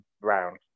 round